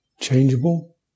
changeable